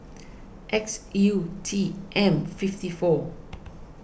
X U T M fifty four